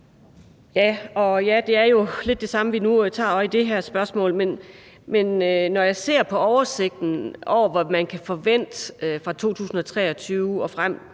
(V): Det er jo lidt det samme, vi har med at gøre i det her spørgsmål, men når jeg ser på oversigten over, hvad man kan forvente fra 2023 og frem,